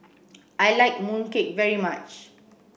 I like mooncake very much